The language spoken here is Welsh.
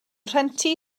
rhentu